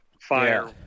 fire